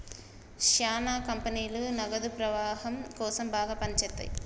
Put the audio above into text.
శ్యానా కంపెనీలు నగదు ప్రవాహం కోసం బాగా పని చేత్తయ్యి